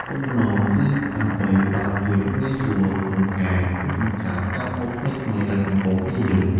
គោលបំណង គឺដើម្បីផ្តល់ភាពងាយស្រួលក្នុងការគូរចិញ្ចើមតាមម៉ូដថ្មីៗដែលកំពុងពេញនិយម។